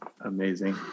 amazing